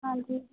ਹਾਂਜੀ